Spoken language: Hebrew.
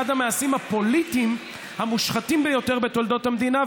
אחד המעשים הפוליטיים המושחתים ביותר בתולדות המדינה,